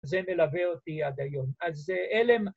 ‫זה מלווה אותי עד היום. ‫אז אלם...